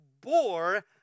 bore